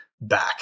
back